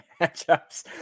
matchups